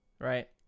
right